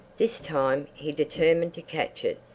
this time he determined to catch it.